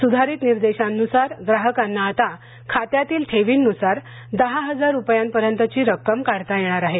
सुधारित निर्देशांनुसार ग्राहकांना आता खात्यातील ठेवीनुसार दहा हजार रुपयांपर्यंतची रक्कम काढता येणार आहे